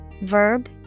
Verb